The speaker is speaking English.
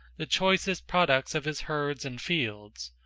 the choicest products of his herds and fields,